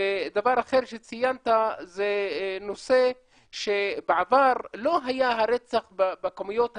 ודבר אחר שציינת זה נושא שבעבר לא היה הרצח בכמויות האלה,